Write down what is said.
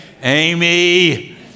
Amy